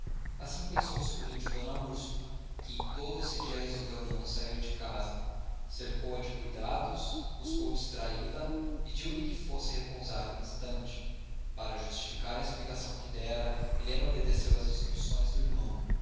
assim pensou o sobrinho de d úrsula que em todo esse dia resolveu não sair de casa cercou a de cuidados buscou distraí la pediu-lhe que fosse repousar um instante para justificar a explicação que dera helena obedeceu às instruções do irmão